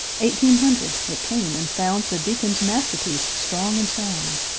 eighteen hundred it came and found the deacon's masterpiece strong and sound.